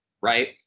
Right